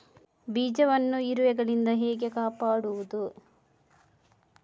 ಬೀಜವನ್ನು ಇರುವೆಗಳಿಂದ ಹೇಗೆ ಕಾಪಾಡುವುದು?